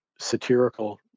satirical